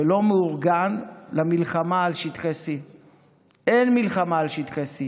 ולא מאורגן למלחמה על שטחי C. אין מלחמה על שטחי C,